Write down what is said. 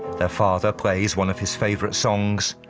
the father plays one of his favourite songs,